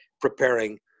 preparing